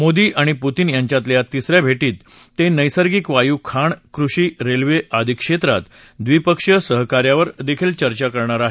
मोदी आणि पुतीन यांच्यातल्या या तिस या भेटीत ते नैसर्गिक वायू खाण कृषी रेल्वे आदि क्षेत्रात द्विपक्षीय सहाकार्यावर देखील चर्चा होणार आहे